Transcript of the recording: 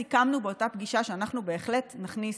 סיכמנו באותה פגישה שאנחנו בהחלט נכניס,